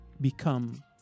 become